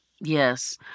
Yes